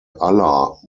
allah